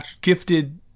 gifted